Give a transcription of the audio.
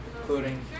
including